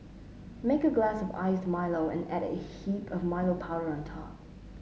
make a glass of iced Milo and add a heap of Milo powder on top